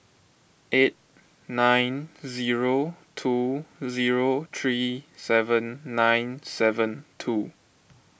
eight nine zero two zero three seven nine seven two